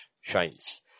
shines